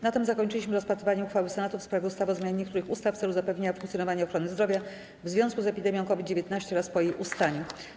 Na tym zakończyliśmy rozpatrywanie uchwały Senatu w sprawie ustawy o zmianie niektórych ustaw w celu zapewnienia funkcjonowania ochrony zdrowia w związku z epidemią COVID-19 oraz po jej ustaniu.